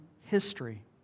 history